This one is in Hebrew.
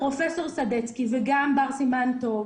פרופ' סדצקי וגם בר סימן טוב,